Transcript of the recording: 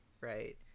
right